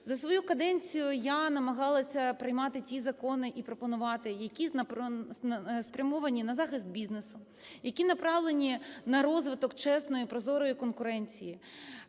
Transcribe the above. За свою каденцію я намагалася приймати ті закони і пропонувати, які спрямовані на захист бізнесу, які направлені на розвиток чесної, прозорої конкуренції,